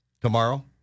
Tomorrow